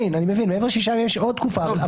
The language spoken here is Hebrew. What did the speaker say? מעבר לשישה ימים, יש עוד תקופה.